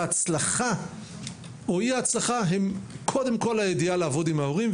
ההצלחה או אי ההצלחה זה קודם כל לדעת לעבוד עם ההורים,